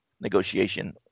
negotiation